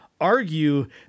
argue